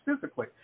physically